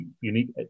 unique